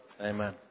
Amen